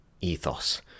ethos